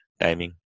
timing